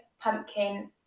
pumpkin